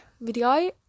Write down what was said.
video